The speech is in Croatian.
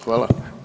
Hvala.